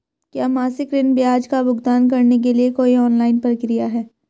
क्या मासिक ऋण ब्याज का भुगतान करने के लिए कोई ऑनलाइन प्रक्रिया है?